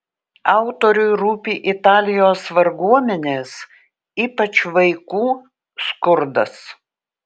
autoriui rūpi italijos varguomenės ypač vaikų skurdas